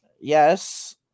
yes